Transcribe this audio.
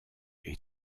est